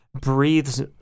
breathes